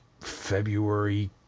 February